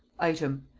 item.